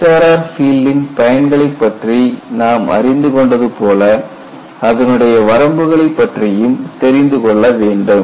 HRR ஃபீல்டின் பயன்களை பற்றி நாம் அறிந்து கொண்டது போல் அதனுடைய வரம்புகளை பற்றியும் தெரிந்து கொள்ள வேண்டும்